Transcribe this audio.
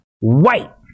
white